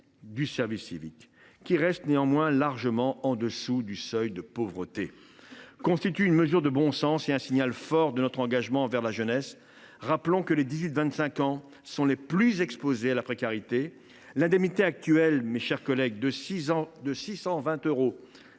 du service civique, qui reste largement en dessous du seuil de pauvreté, constitue une mesure de bon sens et un signal fort de notre engagement envers la jeunesse. Rappelons nous que les 18 25 ans sont les plus exposés à la précarité. L’indemnité actuelle de 620 euros, avec 505 euros